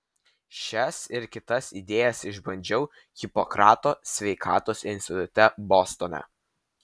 šias ir kitas idėjas išbandžiau hipokrato sveikatos institute bostone